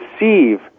receive